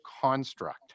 construct